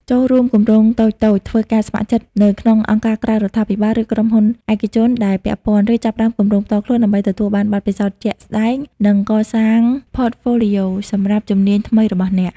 ចូលរួមគម្រោងតូចៗ ធ្វើការស្ម័គ្រចិត្តនៅក្នុងអង្គការក្រៅរដ្ឋាភិបាល ឬក្រុមហ៊ុនឯកជនដែលពាក់ព័ន្ធ ឬចាប់ផ្តើមគម្រោងផ្ទាល់ខ្លួនដើម្បីទទួលបានបទពិសោធន៍ជាក់ស្តែង និងកសាង Portfolio សម្រាប់ជំនាញថ្មីរបស់អ្នក។